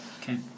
Okay